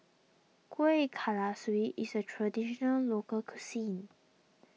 Kuih Kalaswi is a Traditional Local Cuisine